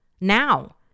now